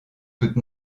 toute